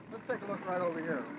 look right over here,